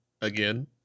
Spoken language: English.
again